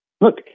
look